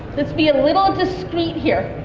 let's be a little discreet here.